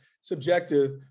subjective